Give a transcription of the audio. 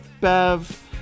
Bev